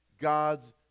God's